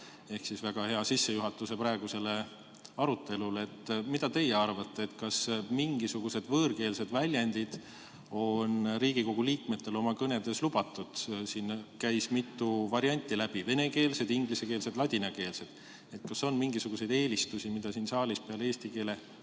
Ehk siis väga hea sissejuhatus praegusele arutelule. Mida teie arvate, kas mingisugused võõrkeelsed väljendid on Riigikogu liikmete kõnedes lubatud? Siin käis mitu varianti läbi: venekeelsed, ingliskeelsed, ladinakeelsed fraasid. Kas on mingisuguseid eelistusi, mida siin saalis peale eesti keele